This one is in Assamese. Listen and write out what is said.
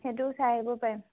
সেইটো চাই আহিব পাৰিম